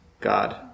God